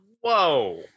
Whoa